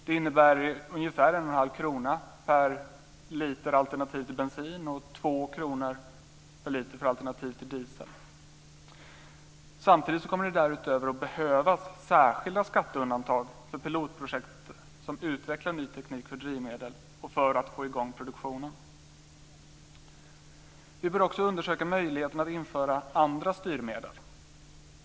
Det innebär ungefär 1 1⁄2 kr per liter för alternativ till bensin och Samtidigt kommer det därutöver att behövas särskilda skatteundantag för pilotprojekt som utvecklar ny teknik för drivmedel och för att få i gång produktionen.